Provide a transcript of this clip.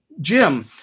Jim